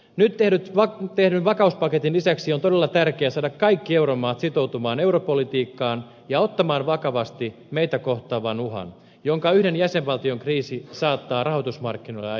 nyt tehdyn vakauspaketin lisäksi on todella tärkeää saada kaikki euromaat sitoutumaan europolitiikkaan ja ottamaan vakavasti meitä kohtaava uhka jonka yhden jäsenvaltion kriisi saattaa rahoitusmarkkinoille aiheuttaa